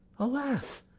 alas,